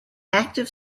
active